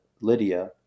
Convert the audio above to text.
Lydia